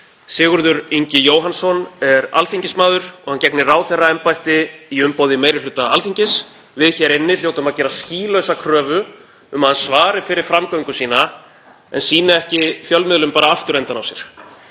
Sigurður Ingi Jóhannsson er alþingismaður og hann gegnir ráðherraembætti í umboði meiri hluta Alþingis. Við hér inni hljótum að gera skýlausa kröfu um að hann svari fyrir framgöngu sína en sýni ekki fjölmiðlum bara afturendann á sér.